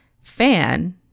fan